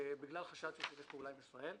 בגלל חשד שהוא שיתף פעולה עם ישראל.